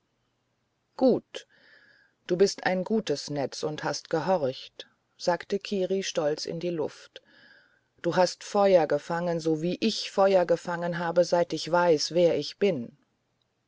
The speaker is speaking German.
gut du bist ein gutes netz und hast gehorcht sagte kiri stolz in die luft du hast feuer gefangen so wie ich feuer gefangen habe seit ich weiß wer ich bin